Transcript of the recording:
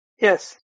Yes